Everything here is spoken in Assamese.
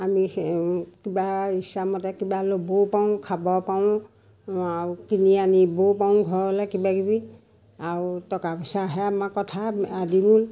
আমি কিবা ইচ্ছামতে কিবা ল'বও পাৰোঁ খাব পাৰোঁ আৰু কিনি আনিবও পাৰোঁ ঘৰলৈ কিবাকিবি আৰু টকা পইচা আহে আমাৰ কথা আদিবোৰ